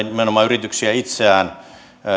nimenomaan yrityksiä itseään